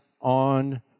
on